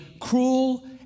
cruel